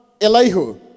elihu